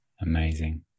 Amazing